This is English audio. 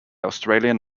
australian